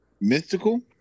Mystical